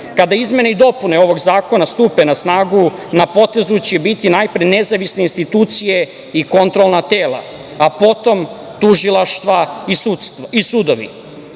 Kada izmene i dopune ovog zakona stupe na snagu na potezu će biti najpre nezavisne institucije i kontrolna tela, a potom tužilaštva i